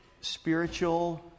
spiritual